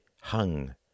hung